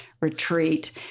retreat